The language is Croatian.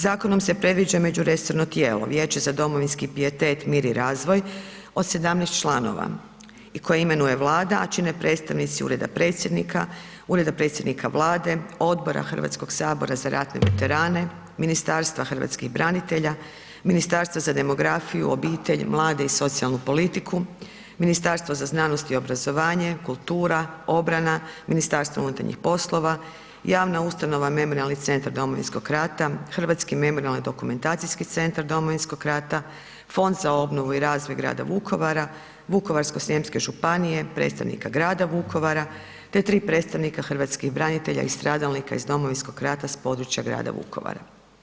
Zakonom se predviđa međuresorno tijelo Viječe za domovinski pijetet, mir i razvoj od 17 članova i koje imenuje Vlada, a čine predstavnici Ureda Predsjednika, Ureda predsjednika Vlade, Odbora Hrvatskog sabora za ratne veterane, Ministarstva hrvatskih branitelja, Ministarstva za demografiju, obitelj, mlade i socijalnu politiku, Ministarstva za znanost i obrazovanje, kultura, obrana, MUP, Javna ustanova Memorijalni centar Domovinskog rata, Hrvatski memorijalni dokumentacijski centar Domovinskog rata, Fond za obnovu i razvoj grada Vukovara, Vukovarsko-srijemske županije, predstavnika grada Vukovara te 3 predstavnika hrvatskih branitelja i stradalnika iz Domovinskog rata s područja grada Vukovara.